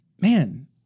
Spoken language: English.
Man